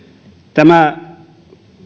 tämä